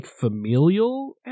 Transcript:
familial